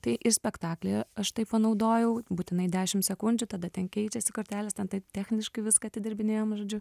tai ir spektaklyje aš tai panaudojau būtinai dešim sekundžių tada ten keičiasi kortelės ten taip techniškai viską atidirbinėjom žodžiu